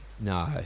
No